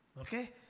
Okay